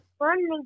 Morning